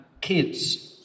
kids